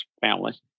family